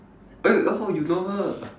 oh wait oh you know her